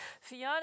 Fiona